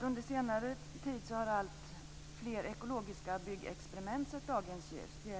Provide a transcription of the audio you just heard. Under senare tid har alltfler ekologiska byggexperiment sett dagens ljus.